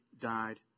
died